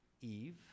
Eve